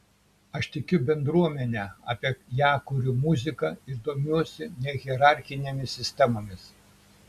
aš tikiu bendruomene apie ją kuriu muziką ir domiuosi nehierarchinėmis sistemomis